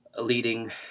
leading